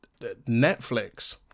Netflix